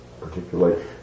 particularly